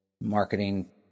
marketing